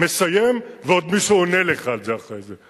מסיים ועוד מישהו עונה לך אחרי זה.